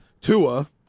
Tua